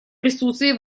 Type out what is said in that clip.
присутствии